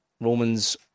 Romans